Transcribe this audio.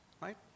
right